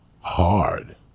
hard